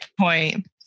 point